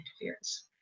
interference